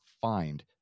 find